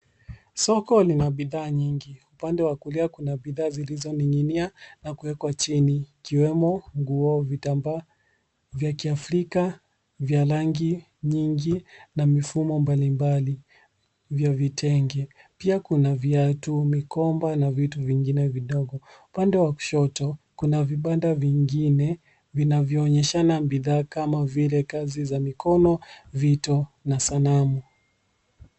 Soko lina bidhaa nyingi .Upande wa kulia kuna bidhaa zilizoninginia na kuwekwa chini. ikiwemo nguo, vitambaa vya kiafrika vya rangi nyingi ,na mifumo mbali mbali vya vitenge. Pia kuna viatu, mikoba na vitu vingine vidogo. Upande wa kushoto kuna vibanda vingine ,vinavyo onyeshana bidhaa kama vile kazi za mikono, vito na sanamu.